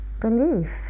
Belief